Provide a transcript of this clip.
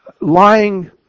lying